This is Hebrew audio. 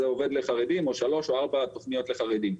אז זה עובד לחרדים או שלוש או ארבע תכניות לחרדים.